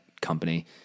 company